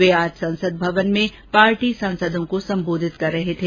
वे आज संसद भवन में पार्टी सांसदों को संबोधित कर रहे थे